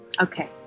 okay